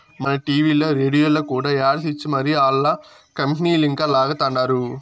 మన టీవీల్ల, రేడియోల్ల కూడా యాడ్స్ ఇచ్చి మరీ ఆల్ల కంపనీలంక లాగతండారు